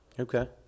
Okay